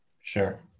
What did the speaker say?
sure